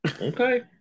okay